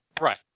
Right